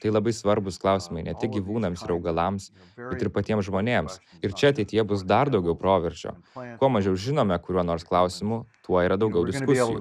tai labai svarbūs klausimai ne tik gyvūnams ir augalams bet ir patiems žmonėms ir čia ateityje bus dar daugiau proveržio kuo mažiau žinome kuriuo nors klausimu tuo yra daugiau diskusijų